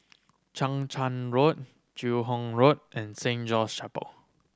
Chang Charn Road Joo Hong Road and Saint John's Chapel